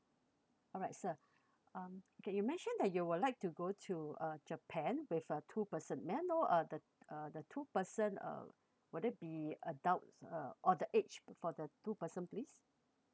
alright sir um okay you mention that you would like to go to uh japan with uh two person may I know uh the uh the two person uh would it be adults uh or the age for the two person please